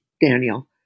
Daniel